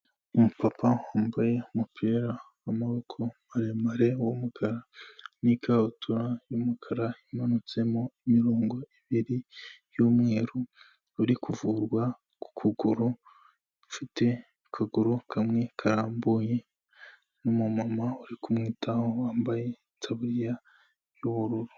Umupapa wambaye umupira w'amaboko maremare w'umukara, n'ikabutura y'umukara imanutsemo imirongo ibiri y'umweru, uri kuvurwa ukuguru, ufite akaguru kamwe karambuye, n'umumama uri kumwitaho, wambaye itaburiya y'ubururu.